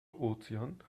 ozean